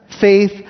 Faith